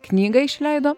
knygą išleido